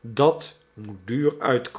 dat moet